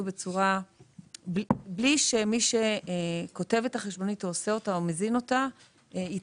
בלי שמי שכותב את החשבונית הוא עושה אותה או מבין אותה יתעכב.